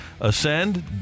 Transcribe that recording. ascend